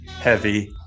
heavy